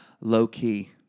low-key